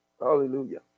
Hallelujah